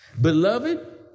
Beloved